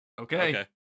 Okay